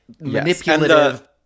manipulative